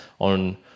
on